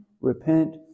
repent